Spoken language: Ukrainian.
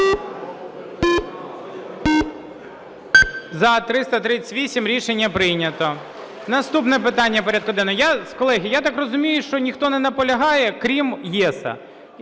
За-338 Рішення прийнято. Наступне питання порядку денного... Колеги, я так розумію, що ніхто не наполягає, крім "ЄС".